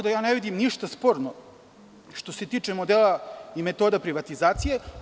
Ja ne vidim ništa sporno što se tiče modela i metoda privatizacije.